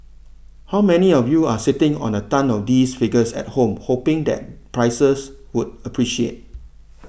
how many of you are sitting on a tonne of these figures at home hoping that prices would appreciate